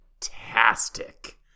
fantastic